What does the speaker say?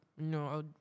No